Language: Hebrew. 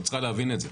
את צריכה להבין את זה.